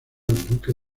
duque